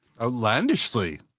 outlandishly